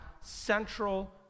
central